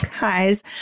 guys